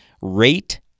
rate